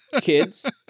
Kids